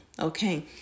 Okay